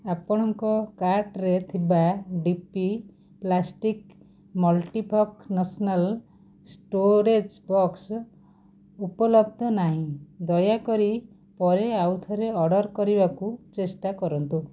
ଆପଣଙ୍କ କାର୍ଟ୍ରେ ଥିବା D P plastic multifix national storage box ଉପଲବ୍ଧ ନାହିଁ ଦୟାକରି ପରେ ଆଉଥରେ ଅର୍ଡ଼ର୍ କରିବାକୁ ଚେଷ୍ଟା କରନ୍ତୁ